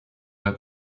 out